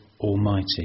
Almighty